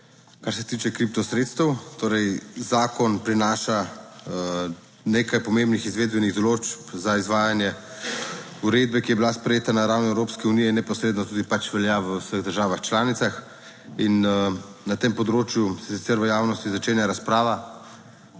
kar se tiče kriptosredstev. Torej, zakon prinaša nekaj pomembnih izvedbenih določb za izvajanje uredbe, ki je bila sprejeta na ravni Evropske unije, neposredno tudi pač velja v vseh državah članicah. In na tem področju se sicer v javnosti začenja razprava,